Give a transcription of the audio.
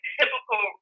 typical